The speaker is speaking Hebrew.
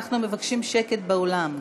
אנחנו מבקשים שקט באולם.